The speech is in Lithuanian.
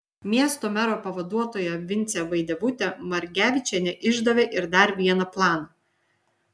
miesto mero pavaduotoja vincė vaidevutė margevičienė išdavė ir dar vieną planą